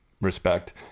respect